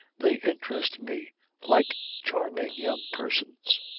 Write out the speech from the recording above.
they interest me like charming young persons.